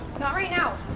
not right now.